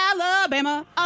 Alabama